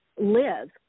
live